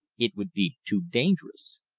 it would be too dangerous.